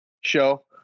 show